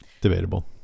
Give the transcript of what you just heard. debatable